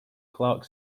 clark